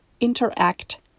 interact